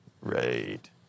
Right